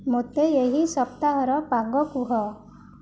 ମୋତେ ଏହି ସପ୍ତାହର ପାଗ କୁହ